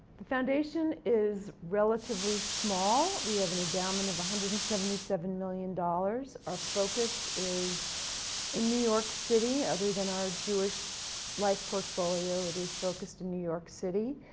the foundation is relatively small. we have an endowment of one hundred and seventy seven million dollars. our focus is in new york city other than our jewish life portfolio, it is focused in new york city.